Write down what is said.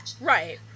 Right